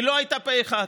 היא לא הייתה פה-אחד,